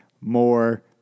more